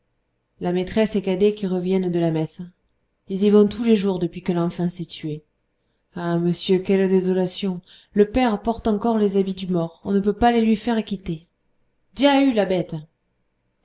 la maîtresse et cadet qui reviennent de la messe ils y vont tous les jours depuis que l'enfant s'est tué ah monsieur quelle désolation le père porte encore les habits du mort on ne peut pas les lui faire quitter dia hue la bête